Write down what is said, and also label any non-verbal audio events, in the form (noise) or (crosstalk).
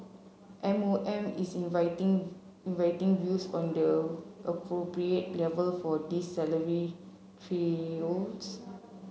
M O M is inviting (unintelligible) inviting views on the appropriate level for these salary (unintelligible)